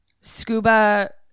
Scuba